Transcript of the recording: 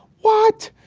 what?